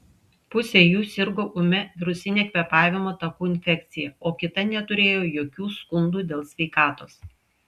pusė jų sirgo ūmia virusine kvėpavimo takų infekcija o kita neturėjo jokių skundų dėl sveikatos